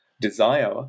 desire